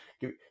give